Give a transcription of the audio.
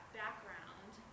background